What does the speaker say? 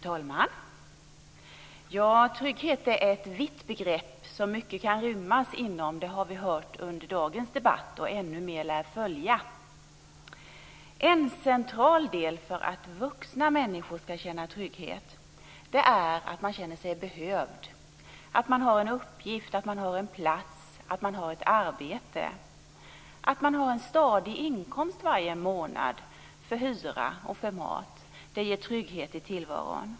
Fru talman! Trygghet - det är ett vitt begrepp, som mycket kan rymmas inom. Det har vi hört under dagens debatt, och ännu mer lär följa. En central del för att vuxna människor ska känna trygghet är att man känner sig behövd, att man har en uppgift, att man har en plats, att man har ett arbete. Att man har en stadig inkomst varje månad för hyra och för mat - det ger trygghet i tillvaron.